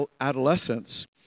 adolescence